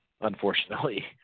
unfortunately